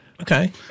Okay